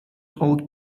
old